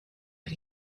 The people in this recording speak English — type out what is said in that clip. but